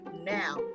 now